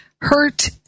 hurt